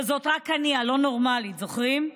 אבל זאת רק אני, הלא-נורמלית, זוכרים?